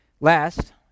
Last